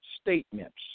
statements